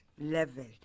level